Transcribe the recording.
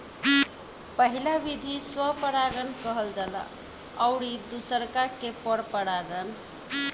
पहिला विधि स्व परागण कहल जाला अउरी दुसरका के पर परागण